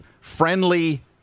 friendly